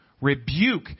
rebuke